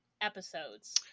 episodes